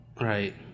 Right